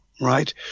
right